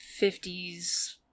50s